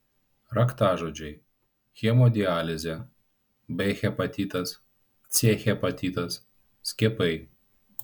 raktažodžiai hemodializė b hepatitas c hepatitas skiepai